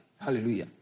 Hallelujah